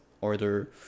order